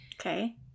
Okay